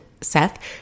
Seth